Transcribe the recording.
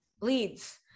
leads